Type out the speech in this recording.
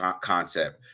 concept